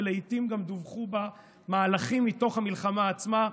ולעיתים גם דֻווחו בה מהלכים מתוך המלחמה עצמה,